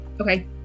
okay